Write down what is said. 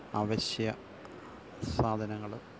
അവശ്യസാധനങ്ങൾ